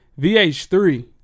VH3